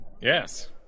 Yes